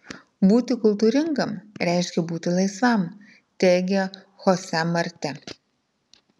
būti kultūringam reiškia būti laisvam teigia chose marti